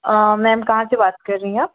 ma'am कहाँ से बात कर रही हैं आप